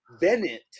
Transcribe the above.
Bennett